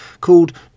called